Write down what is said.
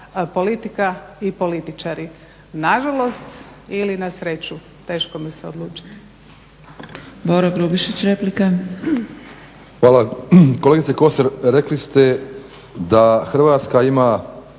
politika i političari. Nažalost, ili na sreću, teško mi se odlučiti.